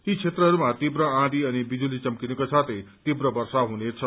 यी क्षेत्रहरूमा तीव्र आँथी अनि विजुली चम्किनुका साथै तीव्र वर्षा हुनेछ